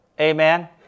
Amen